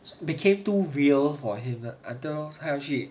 became too view for him until can't hit